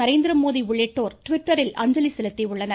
நரேந்திரமோடி உள்ளிட்டோர் ட்விட்டரில் அஞ்சலி செலுத்தியுள்ளனர்